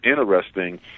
interesting